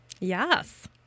Yes